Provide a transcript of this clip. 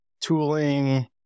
tooling